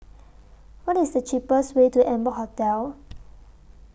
What IS The cheapest Way to Amber Hotel